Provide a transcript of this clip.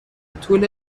طول